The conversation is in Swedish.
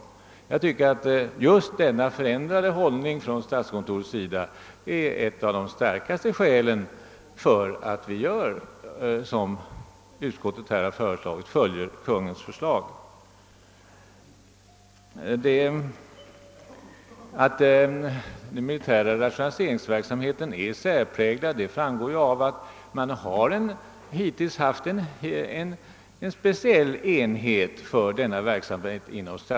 Just denna förändrade hållning från statskontorets sida är ett av de starkaste skälen för att besluta som utskottet föreslår, nämligen att följa Kungl. Maj:ts proposition. Att den militära rationaliseringsverksamheten är särpräglad framgår därav att det inom statskontoret finns en speciell enhet inrättad för den verksamheten.